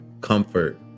comfort